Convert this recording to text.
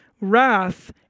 Wrath